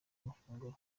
amafunguro